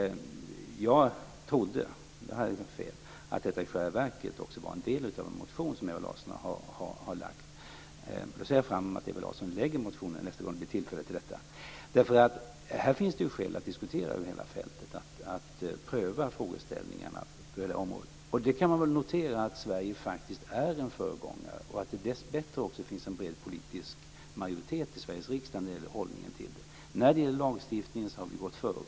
Jag trodde - men där hade jag fel - att detta i själva verket också var en del av en motion som Ewa Larsson har väckt. Jag ser fram emot att Ewa Larsson väcker en sådan motion nästa gång det blir tillfälle till det. Här finns nämligen skäl att diskutera över hela fältet och att pröva frågeställningarna på det här området. Man kan notera att Sverige faktiskt är en föregångare, och att det dessbättre också finns en bred politisk majoritet i Sveriges riksdag när det gäller hållningen till detta. Vad gäller lagstiftningen så har vi gått före.